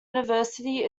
university